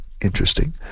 Interesting